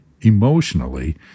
emotionally